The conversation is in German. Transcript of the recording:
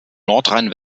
nordrhein